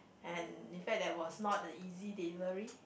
and in fact that was not a easy delivery